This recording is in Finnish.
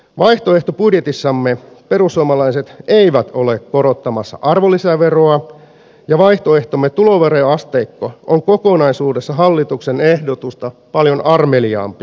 vaihtoehtobudjetissamme perussuomalaiset eivät ole korottamassa arvonlisäveroa ja vaihtoehtomme tuloveroasteikko on kokonaisuudessaan hallituksen ehdotusta paljon armeliaampi